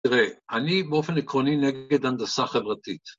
תראה, אני באופן עקרוני נגד הנדסה חברתית.